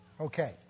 Okay